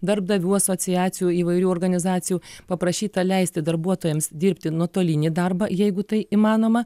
darbdavių asociacijų įvairių organizacijų paprašyta leisti darbuotojams dirbti nuotolinį darbą jeigu tai įmanoma